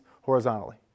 horizontally